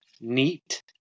neat